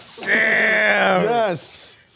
Yes